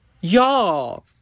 Y'all